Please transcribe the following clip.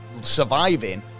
surviving